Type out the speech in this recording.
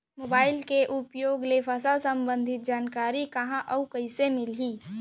Mobile के उपयोग ले फसल सम्बन्धी जानकारी कहाँ अऊ कइसे मिलही?